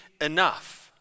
enough